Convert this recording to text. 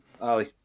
Ali